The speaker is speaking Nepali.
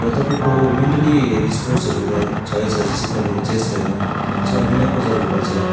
र तपाईँको मेन्टली स्पोर्ट्सहरू त छ है छ जस्तै कि तपाईँको चेसहरू भयो त्यसमा दिमागको जरुरी पर्छ